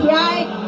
right